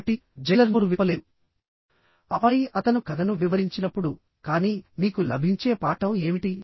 కాబట్టి జైలర్ నోరు విప్పలేదు ఆపై అతను కథను వివరించినప్పుడు కానీ మీకు లభించే పాఠం ఏమిటి